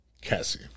Cassie